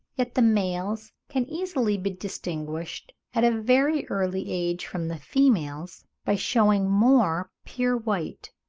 yet the males can easily be distinguished at a very early age from the females by showing more pure white.